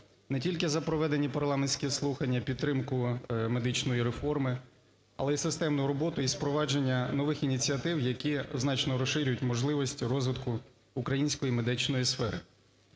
не тільки за проведені парламентські слухання і підтримку медичної реформи, але і системну роботу і запровадження нових ініціатив, які значно розширюють можливості розвитку української медичної сфери.